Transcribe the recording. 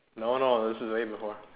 no no this is way before